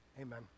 amen